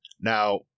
Now